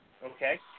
Okay